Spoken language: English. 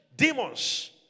Demons